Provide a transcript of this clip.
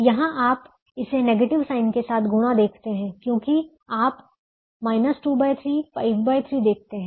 यहां आप इसे नेगेटिव साइन के साथ देखते हैं क्योंकि आप 2 3 53 देखते हैं